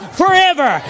forever